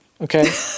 Okay